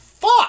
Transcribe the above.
Fuck